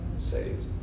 saved